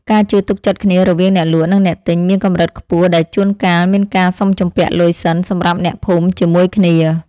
ការជឿទុកចិត្តគ្នារវាងអ្នកលក់និងអ្នកទិញមានកម្រិតខ្ពស់ដែលជួនកាលមានការសុំជំពាក់លុយសិនសម្រាប់អ្នកភូមិជាមួយគ្នា។